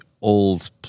old